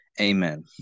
Amen